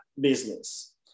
business